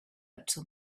until